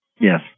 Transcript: Yes